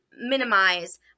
minimize